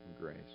grace